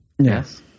Yes